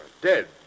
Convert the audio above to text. dead